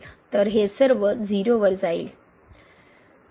तर हे सर्व 0 वर जाईल